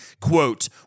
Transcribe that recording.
quote